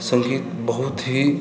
संगीत बहुत ही